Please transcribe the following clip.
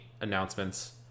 announcements